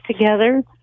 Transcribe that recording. together